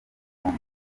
brown